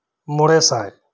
ᱢᱚᱲᱮ ᱥᱟᱭ